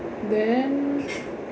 then